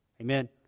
Amen